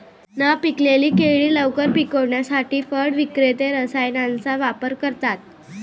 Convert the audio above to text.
न पिकलेली केळी लवकर पिकवण्यासाठी फळ विक्रेते रसायनांचा वापर करतात